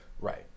Right